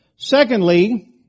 Secondly